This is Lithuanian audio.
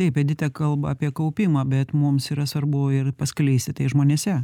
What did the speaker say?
taip edita kalba apie kaupimą bet mums yra svarbu ir paskleisti tai žmonėse